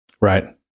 Right